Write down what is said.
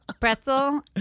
pretzel